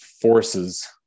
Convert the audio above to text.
forces